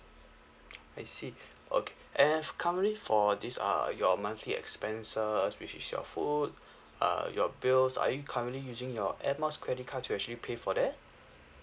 I see okay and currently for this uh your monthly expenses which is your food uh your bills are you currently using your airmiles credit card to actually pay for that